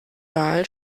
wahl